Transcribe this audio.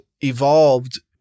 evolved